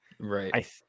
Right